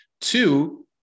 Two